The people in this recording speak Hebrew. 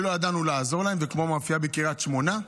שלא ידענו לעזור להם, וכמו המאפייה בקריית שמונה,